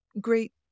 great